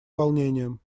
волнением